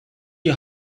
die